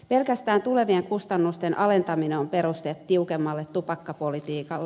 pelkästään tulevien kustannusten alentaminen on peruste tiukemmalle tupakkapolitiikalle